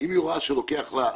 אם היא רואה שלוקח לה שעה,